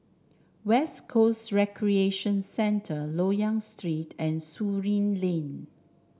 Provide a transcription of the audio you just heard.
West Coast Recreation Centre Loyang Street and Surin Lane